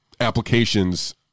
applications